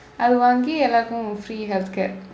அது வாங்கி எல்லாருக்கும்:athu vaangi ellarukkum free healthcare